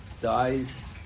dies